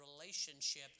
relationship